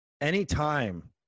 Anytime